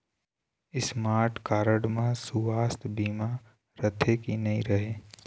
Smart card म सुवास्थ बीमा रथे की नई रहे?